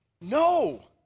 no